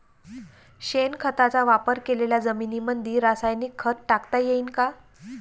शेणखताचा वापर केलेल्या जमीनीमंदी रासायनिक खत टाकता येईन का?